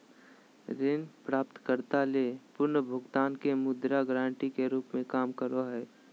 ऋण प्राप्तकर्ता ले पुनर्भुगतान के मुद्रा गारंटी के रूप में काम करो हइ